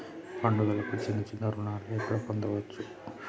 పండుగలకు చిన్న చిన్న రుణాలు ఎక్కడ పొందచ్చు?